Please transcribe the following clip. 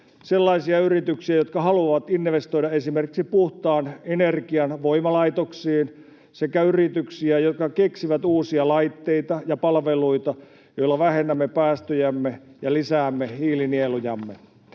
sellaisia yrityksiä, jotka haluavat investoida esimerkiksi puhtaan energian voimalaitoksiin, sekä yrityksiä, jotka keksivät uusia laitteita ja palveluita, joilla vähennämme päästöjämme ja lisäämme hiilinielujamme.